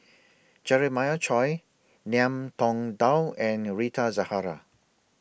Jeremiah Choy Ngiam Tong Dow and Rita Zahara